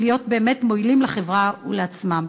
להיות באמת מועילים לחברה ולעצמם.